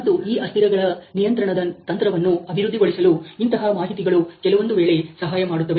ಮತ್ತು ಈ ಅಸ್ಥಿರಗಳ ನಿಯಂತ್ರಣದ ತಂತ್ರವನ್ನು ಅಭಿವೃದ್ಧಿಗೊಳಿಸಲು ಇಂತಹ ಮಾಹಿತಿಗಳು ಕೆಲವೊಂದು ವೇಳೆ ಸಹಾಯಮಾಡುತ್ತವೆ